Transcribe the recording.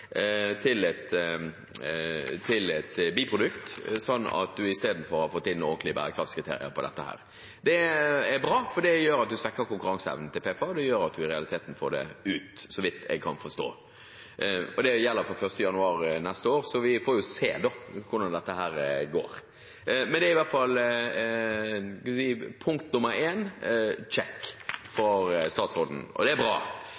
dette. Det er bra, for det gjør at man svekker konkurransekraften til PFAD – det gjør at man i realiteten får det ut, så vidt jeg kan forstå. Det gjelder fra 1. januar neste år, så vi får jo se hvordan dette går. Men det er i hvert fall – punkt nr. 1 – «check» for statsråden, og det er bra.